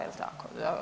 Jel' tako?